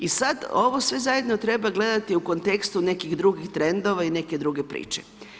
I sad ovo sve zajedno treba gledati u kontekstu nekih drugih trendova i neke druge priče.